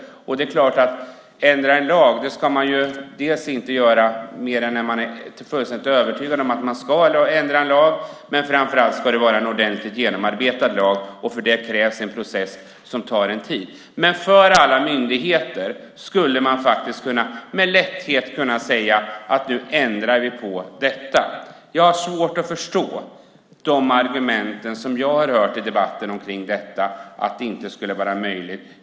Man ska inte ändra en lag annat än om man är fullständigt övertygad om att det är vad man ska göra, och framför allt ska det då vara en ordentligt genomarbetad lag. För det krävs en process som tar en tid. Men för alla myndigheter skulle man med lätthet kunna säga: Nu ändrar vi på detta. Jag har svårt att förstå de argument som jag har hört i debatten om att detta inte skulle vara möjligt.